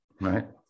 right